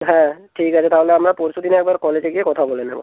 হ্যাঁ ঠিক আছে তাহলে আমরা পরশু দিন একবার কলেজে গিয়ে কথা বলে নেব